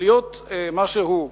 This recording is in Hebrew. להיות מה שהוא,